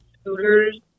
scooters